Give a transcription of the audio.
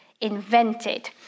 invented